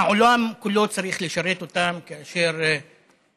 העולם כולו צריך לשרת אותם, כאשר